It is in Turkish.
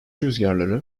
rüzgarları